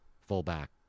fullback